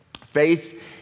Faith